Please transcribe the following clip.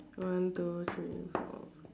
one two three four